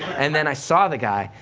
and then i saw the guy,